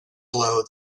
blow